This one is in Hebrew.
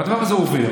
והדבר הזה עובר.